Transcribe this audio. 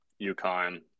UConn